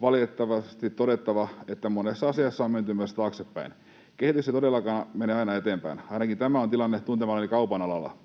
valitettavasti todettava, että monessa asiassa on menty myös taaksepäin. Kehitys ei todellakaan mene aina eteenpäin, ainakin tämä on tilanne tuntemallani kaupan alalla.